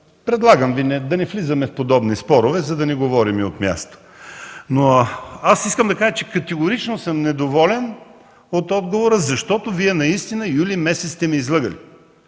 Предлагам Ви да не влизаме в подобни спорове, за да не говорим от място. Аз искам да кажа, че категорично съм недоволен от отговора, защото Вие наистина през юли месец сте ни излъгали.